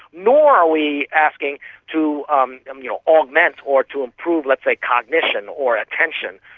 nor are we asking to um um you know augment or to improve, let's say, cognition or attention.